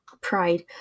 pride